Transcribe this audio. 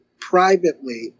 privately